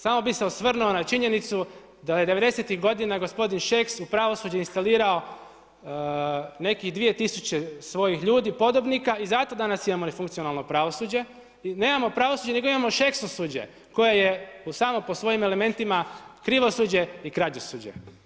Samo bi se osvrnuo na činjenicu da je '90. g. gospodin Šeks u pravosuđu instalirao nekih 2000 svojih ljudi, podobnija i zato danas imamo nefunkcionalno pravosuđe, nemamo pravosuđe nego imamo šeksosuđje, koje je u samo po svojim elementima krivosuđe i krađosuđje.